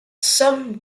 some